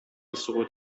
سقوط